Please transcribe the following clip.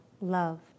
loved